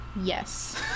yes